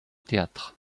théâtre